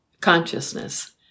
consciousness